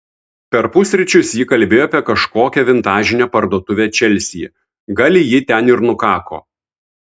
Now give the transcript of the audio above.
per pusryčius ji kalbėjo apie kažkokią vintažinę parduotuvę čelsyje gali ji ten ir nukako